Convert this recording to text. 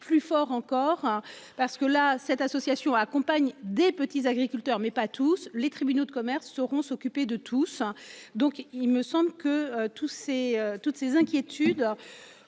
plus fort encore, parce que là cette association accompagne des petits agriculteurs mais pas tous les tribunaux de commerce seront s'occuper de tous. Donc il me semble que tous ces toutes